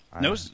No